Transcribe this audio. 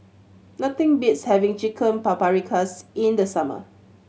nothing beats having Chicken Paprikas in the summer